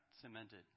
cemented